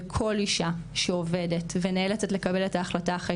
וכל אישה שעובדת ונאלצת לקבל את ההחלטה אחרי